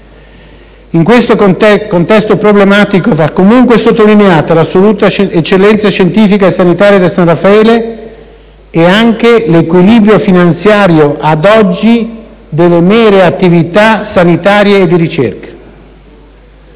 In questo contesto problematico, va comunque sottolineata l'assoluta eccellenza scientifica e sanitaria del San Raffaele e anche l'equilibrio finanziario ad oggi delle mere attività sanitaria e di ricerca.